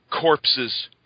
corpses